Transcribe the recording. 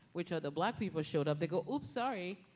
which are the black people showed up, they go, oops, sorry.